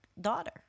daughter